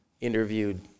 interviewed